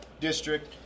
district